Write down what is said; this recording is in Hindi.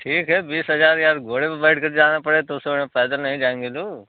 ठीक है बीस हज़ार यार घोड़े पर बैठकर जाना पड़े तो उस समय पैदल नहीं जाएँगे लोग